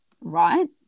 right